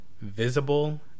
visible